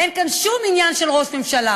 אין כאן שום עניין של ראש ממשלה,